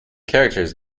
characters